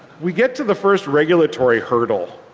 we get to the first regulatory hurdle.